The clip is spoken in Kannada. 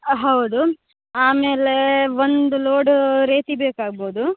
ಹಾಂ ಹೌದು ಆಮೇಲೇ ಒಂದು ಲೋಡೂ ರೇಸಿ ಬೇಕಾಗ್ಬೋದು